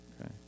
Okay